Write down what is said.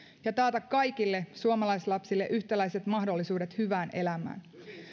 ja taata kaikille suomalaislapsille yhtäläiset mahdollisuudet hyvään elämään